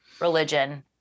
religion